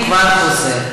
הוא כבר חוזר.